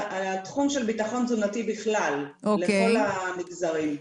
התחום של ביטחון תזונתי בכלל, לכל המגזרים.